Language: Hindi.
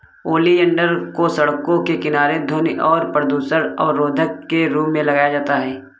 ओलियंडर को सड़कों के किनारे ध्वनि और प्रदूषण अवरोधक के रूप में लगाया जाता है